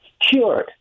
cured